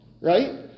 right